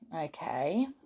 okay